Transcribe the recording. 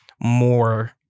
more